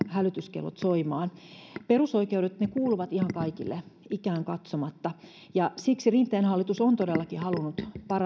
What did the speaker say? hälytyskellot soimaan perusoikeudet kuuluvat ihan kaikille ikään katsomatta ja siksi rinteen hallitus on todellakin halunnut